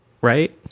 Right